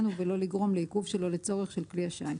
ובלא לגרום לעיכוב שלא לצורך של כלי השיט.